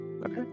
Okay